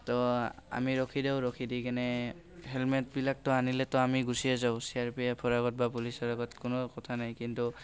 ত' আমি ৰখি দিওঁ ৰখি দি কেনে হেলমেটবিলাক ত' আনিলেতো আমি গুচিয়ে যাওঁ চি আৰ পি এফৰ আগত বা পুলিচৰ আগত কোনো কথা নাই কিন্তু